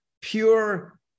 pure